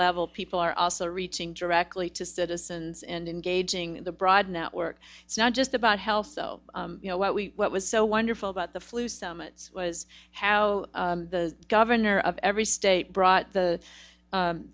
level people are also reaching directly to citizens and engaging the broad network it's not just about health so you know what we what was so wonderful about the flu summit was how the governor of every state brought